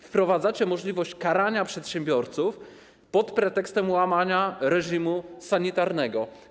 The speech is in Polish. Wprowadzacie możliwość karania przedsiębiorców pod pretekstem łamania reżimu sanitarnego.